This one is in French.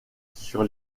sur